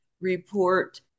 report